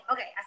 Okay